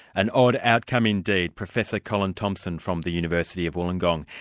an odd outcome indeed! professor colin thomson from the university of wollongong.